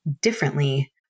differently